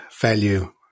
value